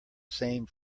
same